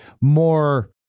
more